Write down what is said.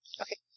Okay